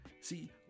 See